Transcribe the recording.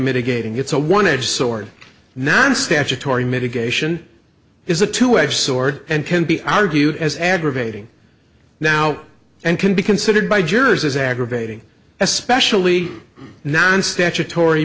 mitigating it's a one edge sword non statutory mitigation is a two edged sword and can be argued as aggravating now and can be considered by jurors as aggravating especially now in statutory